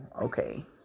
okay